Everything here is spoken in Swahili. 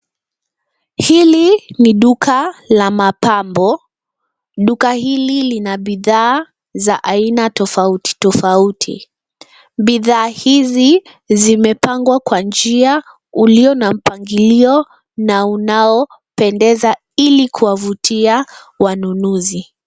Hili ni duka la mapambo. Duka hili lina bidhaa za aina tofauti tofauti. Bidhaa hizi zimepangwa kwa njia ulio na mpangilio, na unaopendeza ili kuwavutia wanunuzi.